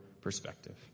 perspective